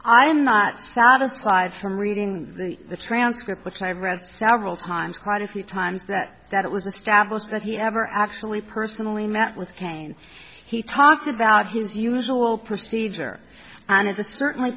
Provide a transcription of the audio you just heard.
am not satisfied from reading the transcript which i have read several times quite a few times that that it was established that he ever actually personally met with cain he talked about his usual procedure and it's certainly